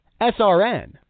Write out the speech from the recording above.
SRN